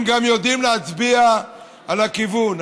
הם גם יודעים להצביע על הכיוון.